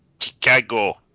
Chicago